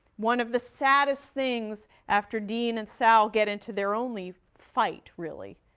one of the saddest things, after dean and sal get into their only fight, really,